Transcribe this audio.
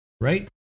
Right